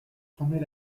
trembler